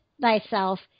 thyself